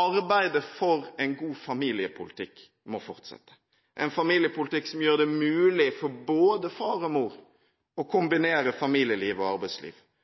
Arbeidet for en god familiepolitikk må fortsette – en familiepolitikk som gjør det mulig for både far og mor å kombinere familieliv og arbeidsliv,